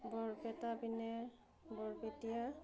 বৰপেটা পিনে বৰপেটীয়া